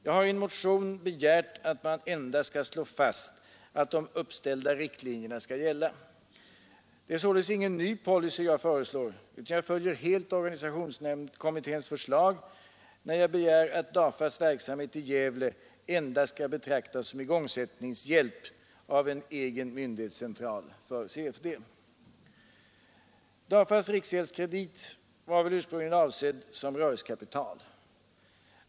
Jag har i en motion begärt att man endast skall slå fast att de uppställda riktlinjerna skall gälla. Det är således ingen ny policy jag föreslår, utan jag följer helt organisationskommitténs förslag, när jag begär att DAFA:s verksamhet i Gävle endast skall betraktas som igångsättningshjälp av en egen myndighetscentral för CFD. DAFA:s riksgäldskredit var väl ursprungligen avsedd som rörelsekapital.